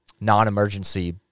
non-emergency